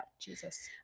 Jesus